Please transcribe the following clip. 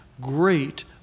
great